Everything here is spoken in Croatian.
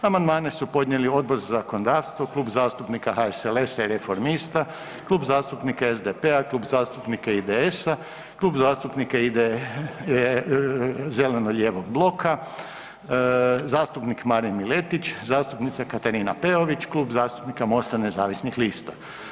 Amandmane su podnijeli Odbor za zakonodavstvo, Klub zastupnika HSLS-a i Reformista, Klub zastupnika SDP-a, Klub zastupnika IDS-a, Klub zastupnika zeleno-lijevog bloka, zastupnik Marin Miletić, zastupnica Katarina Peović, Klub zastupnika Mosta nezavisnih lista.